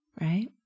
right